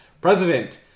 President